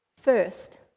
first